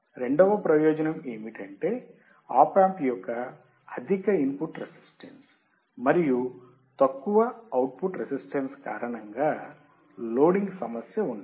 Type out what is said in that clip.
రెండవ ప్రయోజనం ఏమిటంటే ఆప్ యాంప్ యొక్క అధిక ఇన్పుట్ రెసిస్టెన్స్ మరియు తక్కువ అవుట్పుట్ రెసిస్టెన్స్ కారణంగా లోడింగ్ సమస్య ఉండదు